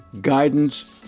guidance